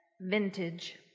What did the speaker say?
Vintage